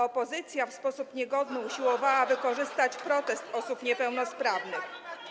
Opozycja w sposób niegodny [[Wesołość na sali]] usiłowała wykorzystać protest osób niepełnosprawnych.